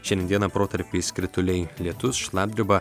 šiandieną protarpiais krituliai lietus šlapdriba